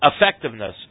effectiveness